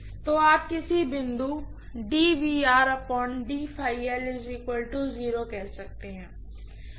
तो आप किस बिंदु पर कह सकते हैं